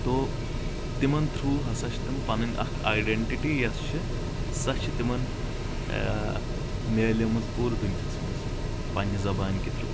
تو تِمن تھٔروٗ ہسا چھِ تِم پنٕنۍ اکھ آیڈینٹٹی یۄس چھِ سۄ چھِ تِمن میلیٲمٕژ پوٗرٕ دُنیاہس منٛز پننہِ زبان کہِ تھٔروٗ